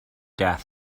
death